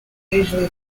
usually